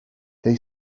they